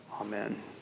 Amen